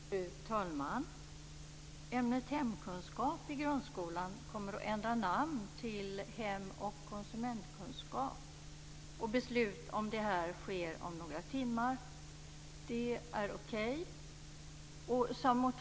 Fru talman! Ämnet hemkunskap kommer att ändra namn till hem och konsumentkunskap. Beslut om detta fattas om några timmar. Det är okej.